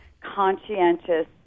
conscientious